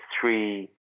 three